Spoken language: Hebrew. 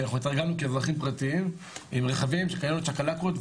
לגבי רכבים פרטיים שיהיו עם צ'קלקות,